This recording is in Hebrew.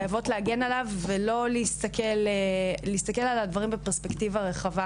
אנחנו חייבות להגן עליו ולהסתכל על הדברים בפרספקטיבה רחבה.